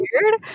weird